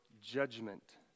judgment